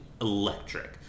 electric